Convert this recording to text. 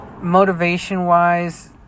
motivation-wise